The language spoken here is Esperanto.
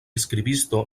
skribisto